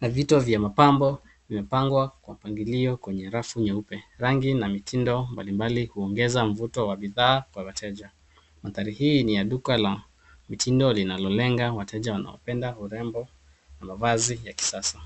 na vito vya mapambo vimepangwa kwa mpangilio kwenye rafu nyeupe. Rangi na mitindo mbalimbali huongeza mvuto kwa wateja. Mandahri hii ni ya duka la mitindi linalolenga wateja wanaopenda urembo na mavazi ya kisasa.